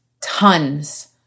tons